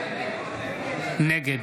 נגד